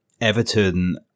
Everton